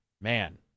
Man